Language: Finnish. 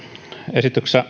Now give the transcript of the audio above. esityksessä